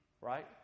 Right